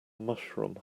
mushroom